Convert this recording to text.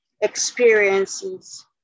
experiences